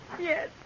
Yes